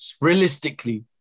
realistically